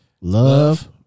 Love